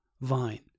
vine